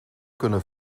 kunnen